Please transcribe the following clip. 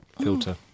Filter